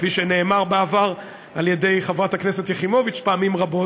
כפי שנאמר בעבר על-ידי חברת הכנסת יחימוביץ פעמים רבות,